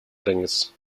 границ